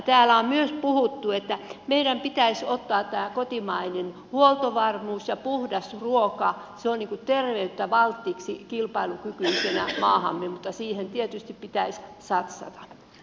täällä on myös puhuttu että meidän pitäisi ottaa tämä kotimainen huoltovarmuus ja puhdas ruoka se on niin kuin terveyttä valtiksi kilpailukykyisenä maahamme mutta siihen tietysti pitäisi satsata